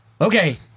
okay